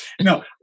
No